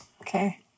okay